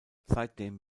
seitdem